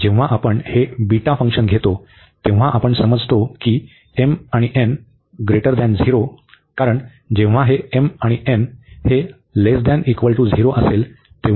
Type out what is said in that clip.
जेव्हा आपण हे बीटा फंक्शन घेतो तेव्हा आपण समजतो की कारण जेव्हा हे m आणि n हे ≤ 0 असेल तेव्हा इंटीग्रल डायव्हर्ज होते